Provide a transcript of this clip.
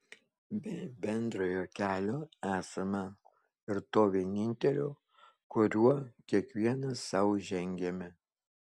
be bendrojo kelio esama ir to vienintelio kuriuo kiekvienas sau žengiame